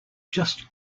just